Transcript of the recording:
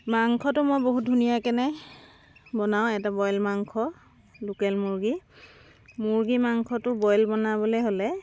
মাংসটো মই বহুত ধুনীয়াকৈ বনাওঁ এটা বইল মাংস লোকেল মুৰ্গী মুৰ্গী মাংসটো বইল বনাবলৈ হ'লে